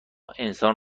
انسان